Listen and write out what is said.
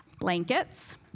blankets